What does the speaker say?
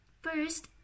first